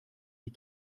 die